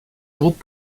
groupe